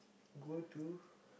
go to